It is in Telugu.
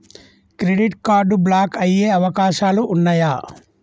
క్రెడిట్ కార్డ్ బ్లాక్ అయ్యే అవకాశాలు ఉన్నయా?